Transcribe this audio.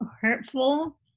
hurtful